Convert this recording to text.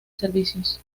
servicios